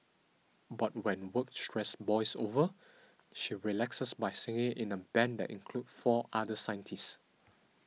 but when work stress boils over she relaxes by singing in a band that includes four other scientists